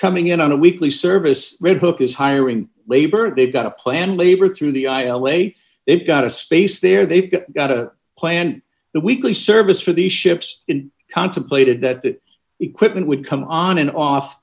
coming in on a weekly service red hook is hiring labor they've got a plan labor through the aisle way they've got a space there they've got a plan the weekly service for the ships in contemplated that equipment would come on and off